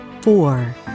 four